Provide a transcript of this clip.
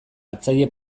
hartzaile